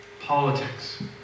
politics